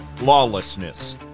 lawlessness